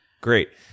great